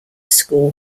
school